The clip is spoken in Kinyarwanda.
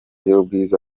y’ubwiza